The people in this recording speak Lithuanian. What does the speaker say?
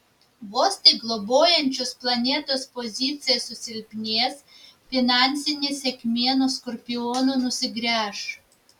vos tik globojančios planetos pozicija susilpnės finansinė sėkmė nuo skorpionų nusigręš